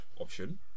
option